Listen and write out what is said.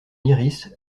lyrisse